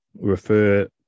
refer